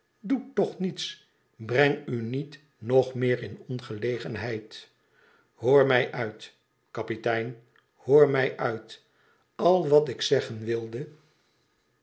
tdoe toch niets feng u niet nog meer in ongelegenheid hoor mij uit kapitein hoor mij uit al wat ik zeggen wilde